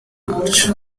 march